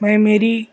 میں میری